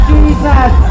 Jesus